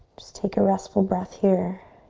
just take a restful breath here.